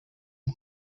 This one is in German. und